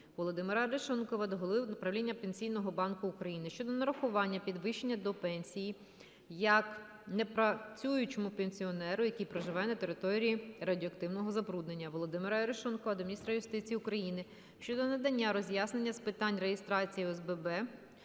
Володимира Арешонкова до Голови правління Пенсійного банку України щодо нарахування підвищення до пенсії як непрацюючому пенсіонеру, який проживає на території радіоактивного забруднення. Володимира Арешонкова до міністра юстиції України щодо надання роз'яснення з питання реєстрації ОСББ